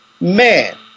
Man